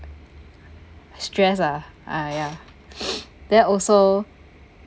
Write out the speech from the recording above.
stress ah !aiya! that also